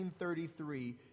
1933